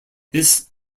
this